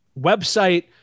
Website